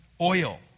oil